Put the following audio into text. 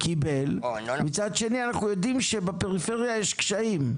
קיבל, מצד שני אנחנו יודעים שבפריפריה יש קשיים.